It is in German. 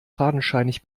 fadenscheinig